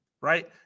Right